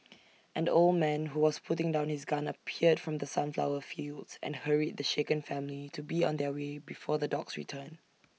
an old man who was putting down his gun appeared from the sunflower fields and hurried the shaken family to be on their way before the dogs return